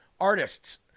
artists